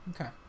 Okay